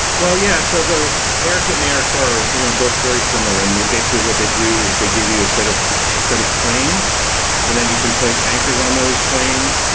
well, yeah. so, the arkit and arcore are you know both very similar. and basically, what they do is they give you set of set of planes and then you can place anchors on those planes.